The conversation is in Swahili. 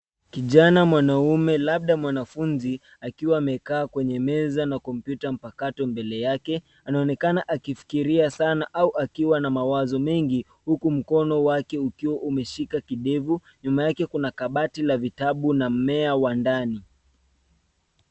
Kijana mwanaume labda mwanafunzi akiwa amekaa kwenye meza na kompyuta mpakato mbele yake anaonekana akifikiria sana au akiwa na mawazo mengi huku mkono wake ukiwa umeshika kidevu, nyuma yake kuna kabati la vitabu na mmea wa ndani.